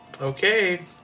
Okay